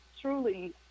truly